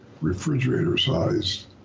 refrigerator-sized